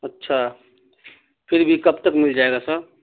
اچھا پھر بھی کب تک مل جائے گا سر